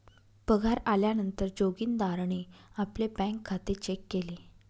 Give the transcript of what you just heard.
पगार आल्या नंतर जोगीन्दारणे आपले बँक खाते चेक केले